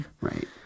Right